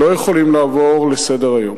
לא יכולים לעבור על כך לסדר-היום.